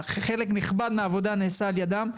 חלק נכבד מהעבודה נעשה על ידם.